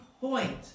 point